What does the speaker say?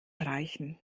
reichen